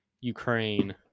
Ukraine